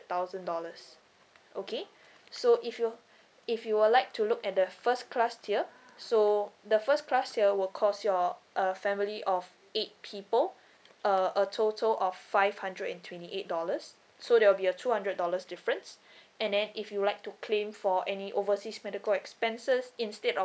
thousand dollars okay so if you if you would like to look at the first class tier so the first class tier will cost your uh family of eight people uh a total of five hundred and twenty eight dollars so there will be a two hundred dollars difference and then if you would like to claim for any overseas medical expenses instead of